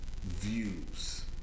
views